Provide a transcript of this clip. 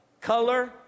color